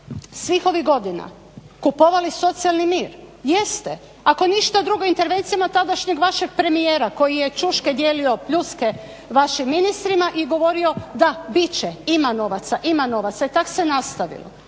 svih ovih godina kupovali socijalni mir. Jeste. Ako ništa drugo intervencijama tadašnjeg vašeg premijera koji je ćuške dijelio pljuske vašim ministrima i govorio, da bit će ima novaca, ima novaca i tako se nastavilo.